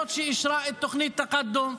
זאת שאישרה את תוכנית תקאדום,